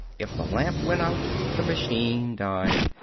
if the lamp went out the machine died,